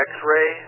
X-Ray